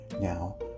Now